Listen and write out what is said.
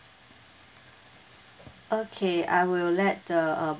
okay I will let the